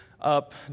up